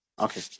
Okay